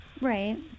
Right